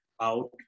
out